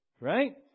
right